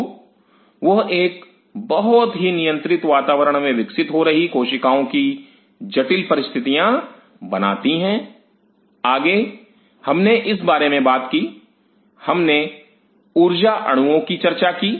तो वह एक बहुत ही नियंत्रित वातावरण में विकसित हो रही कोशिकाओं की जटिल परिस्थिति बनाती हैं आगे हमने इस बारे में बात की हमने ऊर्जा अणुओं की चर्चा की